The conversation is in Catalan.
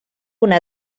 una